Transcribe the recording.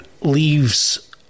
leaves